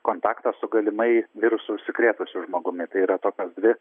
kontaktą su galimai virusu užsikrėtusiu žmogumi tai yra tokios dvi